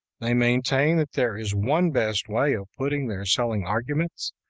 they maintain that there is one best way of putting their selling arguments,